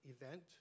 event